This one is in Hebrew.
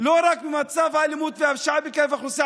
לא רק על מצב האלימות והפשיעה בקרב האוכלוסייה